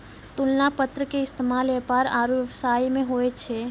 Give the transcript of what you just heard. तुलना पत्र के इस्तेमाल व्यापार आरु व्यवसाय मे होय छै